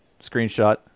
screenshot